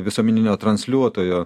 visuomeninio transliuotojo